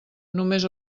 només